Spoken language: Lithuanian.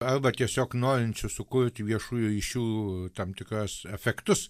arba tiesiog norinčių sukurt viešųjų ryšių tam tikras efektus